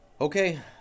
Okay